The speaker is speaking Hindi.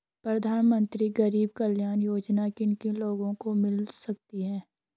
प्रधानमंत्री गरीब कल्याण योजना किन किन लोगों को मिल सकती है?